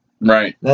Right